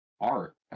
art